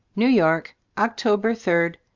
new york. october third,